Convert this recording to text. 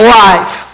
life